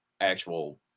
actual